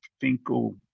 Finkel